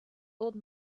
old